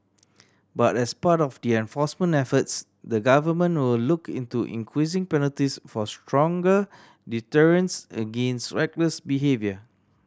but as part of the enforcement efforts the government will look into increasing penalties for stronger deterrence against reckless behaviour